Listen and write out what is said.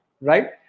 right